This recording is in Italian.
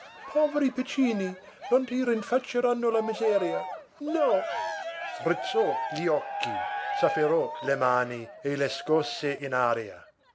poveri piccini non ti rinfacceranno la miseria no strizzò gli occhi s'afferrò le mani e le scosse in aria